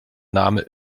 name